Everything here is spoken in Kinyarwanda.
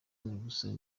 gusaba